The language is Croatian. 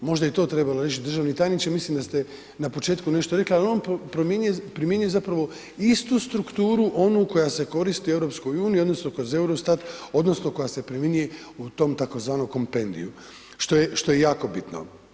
Možda je to trebalo državni tajniče, mislim da ste na početku nešto rekli, ali on primjenjuje zapravo istu strukturu onu koja se koristi u EU odnosno kroz Eurostat odnosno koja se primjenjuje u tom tzv. Compendiu, što je jako bitno.